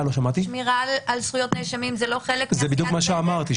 זה בדיוק מה שאמרתי.